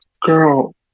girl